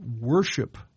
worship